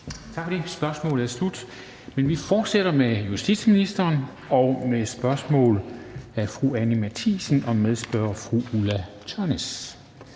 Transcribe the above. Tak for det. Spørgsmålet er slut. Men vi fortsætter med justitsministeren og med spørgsmål (spm. nr. S 1239) af fru Anni Matthiesen og medspørger fru Ulla Tørnæs.